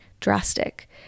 drastic